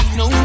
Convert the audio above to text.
no